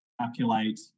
calculate